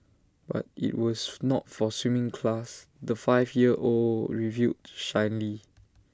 but IT was not for A swimming class the five year old revealed shyly